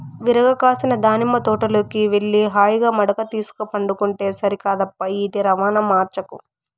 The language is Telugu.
విరగ కాసిన దానిమ్మ తోటలోకి వెళ్లి హాయిగా మడక తీసుక పండుకుంటే సరికాదప్పా ఈటి రవాణా మార్చకు